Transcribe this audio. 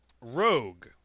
Rogue